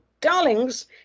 darlings